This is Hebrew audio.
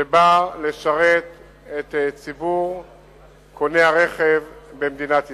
שבא לשרת את ציבור קוני הרכב במדינת ישראל.